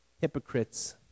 Hypocrites